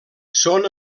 són